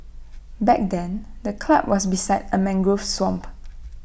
back then the club was beside A mangrove swamp